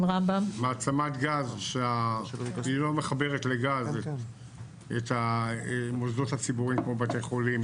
מעצמת גז שהיא לא מחברת לגז את המוסדות הציבוריים כמו בתי חולים,